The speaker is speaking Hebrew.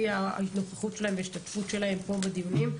הנוכחות שלהם וההשתתפות שלהם פה בדיונים,